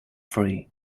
free